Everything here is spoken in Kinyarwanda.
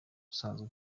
usanzwe